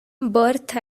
birth